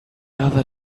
other